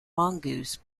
mongoose